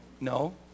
No